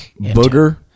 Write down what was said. booger